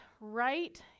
right